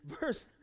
Verse